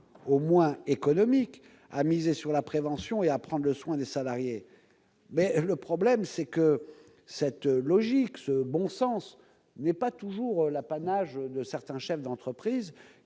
au moins économique à miser sur la prévention et à prendre soin des salariés. Le problème, c'est que cette logique, ou ce bon sens, n'est pas partagée par tous les chefs d'entreprise.